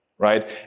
Right